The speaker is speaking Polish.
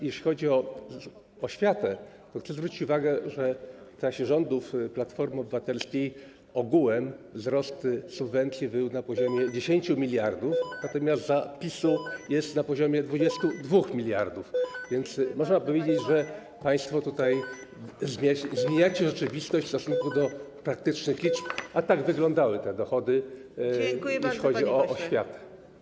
Jeśli chodzi o oświatę, to chcę zwrócić uwagę, że w czasie rządów Platformy Obywatelskiej ogółem wzrosty subwencji były na poziomie 10 mld, natomiast za PiS-u są na poziomie 22 mld, więc można powiedzieć, że państwo tutaj zmieniacie rzeczywistość w stosunku do praktycznych liczb, a tak wyglądały te dochody, jeśli chodzi o oświatę.